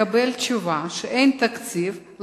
מקבל תשובה שאין תקציב,